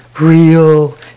real